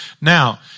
Now